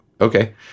Okay